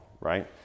right